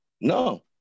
no